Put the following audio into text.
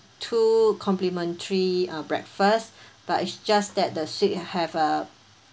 two complimentary uh breakfast but it's just that the suite have a